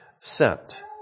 sent